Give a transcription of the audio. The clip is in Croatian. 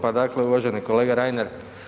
Pa dakle uvaženi kolega Reiner.